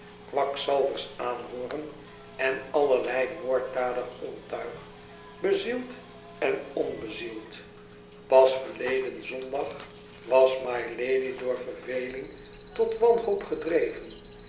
kwakzalvers aanhooren en allerlei moorddadig ontuig bezield en onbezield pas verleden zondag was mylady door verveling tot wanhoop gedreven